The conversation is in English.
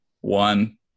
one